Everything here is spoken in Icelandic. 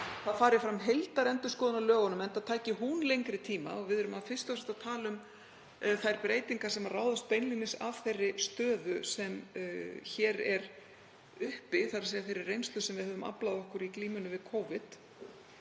að fram fari heildarendurskoðun á lögunum enda tæki hún lengri tíma. Við erum fyrst og fremst að tala um þær breytingar sem ráðast beinlínis af þeirri stöðu sem hér er uppi, þ.e. þeirri reynslu sem við höfum aflað okkur í glímunni við Covid.